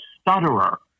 stutterer